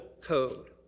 code